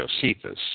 Josephus